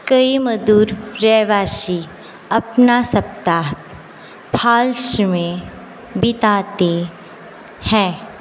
कई मदुरईवासी अपना सप्ताहांत फाल्स में बिताते हैं